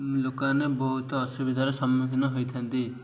ଲୋକମାନେ ବହୁତ ଅସୁବିଧାର ସମ୍ମୁଖୀନ ହୋଇଥାନ୍ତି